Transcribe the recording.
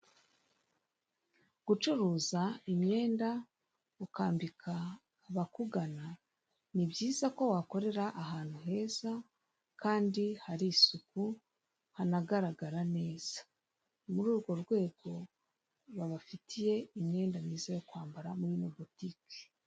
Gucuruza imyenda ukambika abakugana ni byiza wakorera ahantu heza kandi hari isuku hanagaragara neza ni muri urwo rwego babafitiye imyenda myiza yo kwambara muri ino botike.